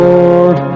Lord